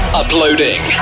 uploading